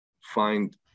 find